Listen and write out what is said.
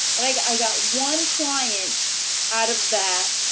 like i got one client out of that,